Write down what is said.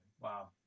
Wow